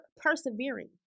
persevering